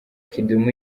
kidum